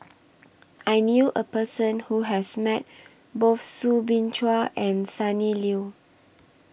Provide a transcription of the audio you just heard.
I knew A Person Who has Met Both Soo Bin Chua and Sonny Liew